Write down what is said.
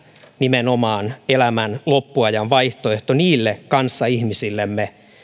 nimenomaan elämän loppuajan vaihtoehto niille kanssaihmisillemme